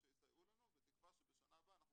שיסייעו לנו בתקווה שבשנה הבאה אנחנו